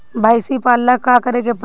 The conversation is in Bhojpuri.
भइसी पालेला का करे के पारी?